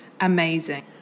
amazing